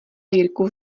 jirku